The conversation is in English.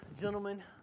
gentlemen